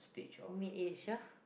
mid age ah